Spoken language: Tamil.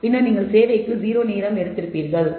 பின்னர் நீங்கள் சேவைக்கு 0 நேரம் எடுத்திருப்பீர்கள்